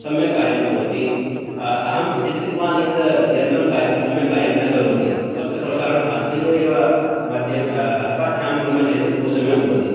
सम्यक् कार्यं करोति अहं चिन्तितवान् यद् यन्त्रं सम्यक् कार्यं न करोति वस्त्रप्रक्षालनं हस्तयोः एव मध्य हस्ताभ्याम् कुर्मः चेत् बहुसम्यक् भवति